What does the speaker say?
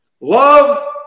Love